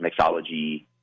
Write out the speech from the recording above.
mixology